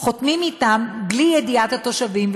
חותמים אתם בלי ידיעת התושבים,